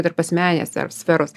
tarp asmeninės ar sferos